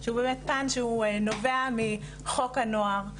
שהוא באמת פן שנובע מחוק הנוער.